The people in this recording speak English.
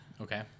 Okay